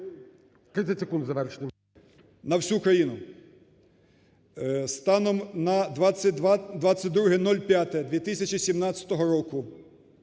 На всю країну. Станом на 22.05.2017 року,